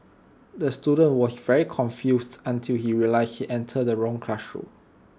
the student was very confused until he realised he entered the wrong classroom